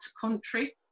country